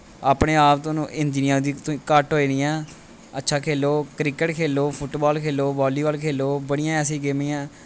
अपने आप तुआनूं इंजरियां दी घट्ट होई जानियां अच्छा खेलो क्रिकेट खेलो फुटबाल खेलो बालीबाल खेलो बड़ियां ऐसियां गेमां न